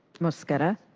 mosqueda.